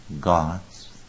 God's